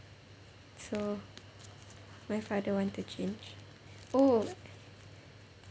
so my father want to change oh